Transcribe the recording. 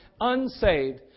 unsaved